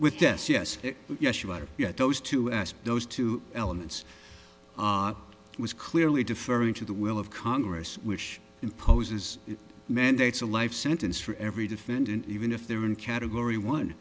with this yes yes you are those to ask those two elements was clearly deferring to the will of congress which imposes mandates a life sentence for every defendant even if they're in category